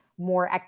more